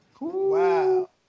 Wow